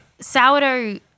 sourdough